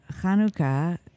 Hanukkah